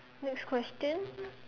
next question